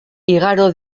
igaro